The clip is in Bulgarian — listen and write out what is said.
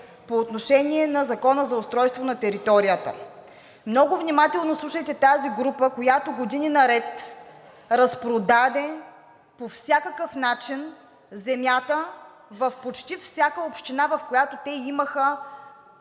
по отношение на Закона за устройство на територията. Много внимателно слушайте тази група, която години наред разпродаде по всякакъв начин земята в почти всяка община, в която те имаха